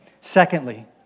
Secondly